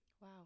Wow